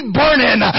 burning